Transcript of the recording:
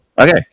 Okay